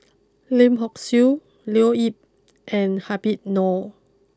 Lim Hock Siew Leo Yip and Habib Noh